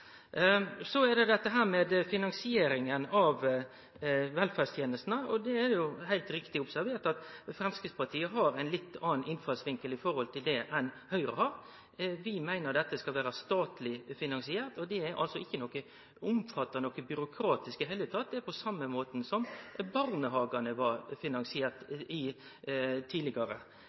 finansieringa av velferdstenestene. Det er heilt riktig observert at Framstegspartiet har ein litt annan innfallsvinkel når det gjeld det enn Høgre har. Vi meiner dette skal vere statleg finansiert. Det omfattar ikkje noko byråkratisk i det heile tatt, det er same måte som barnehagane var finansierte på tidlegare.